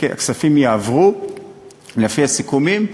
הכספים יעברו לפי הסיכומים,